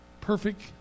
perfect